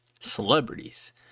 celebrities